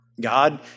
God